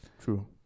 true